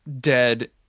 dead